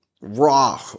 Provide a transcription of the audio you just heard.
Raw